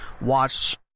watch